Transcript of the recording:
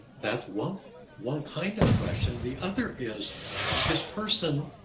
that's one one kind of question. the other is this person,